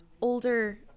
older